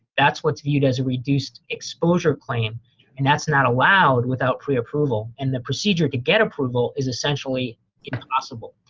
that's what's viewed as a reduced exposure claim and that's not allowed without pre-approval. and the procedure to get approval is essentially impossible.